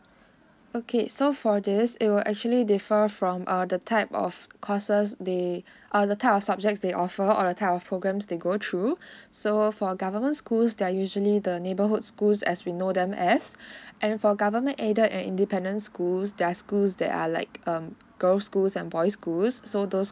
okay so for this it will actually differ from err the type of courses they or the type of subject they offer or the type of programs they go through so for government schools they are usually the neighbourhood schools as we know them as and for government aided and independent schools they're schools that are like um girl schools and boys schools so those